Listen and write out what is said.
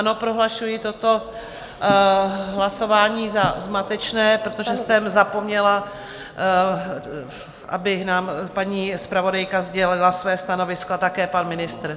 Ano, prohlašuji toto hlasování (číslo 25) za zmatečné, protože jsem zapomněla, aby nám paní zpravodajka sdělila své stanovisko, a také pan ministr.